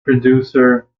producer